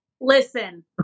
Listen